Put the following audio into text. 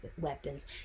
weapons